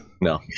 No